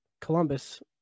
Columbus